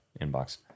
inbox